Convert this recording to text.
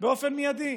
באופן מיידי,